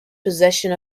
possession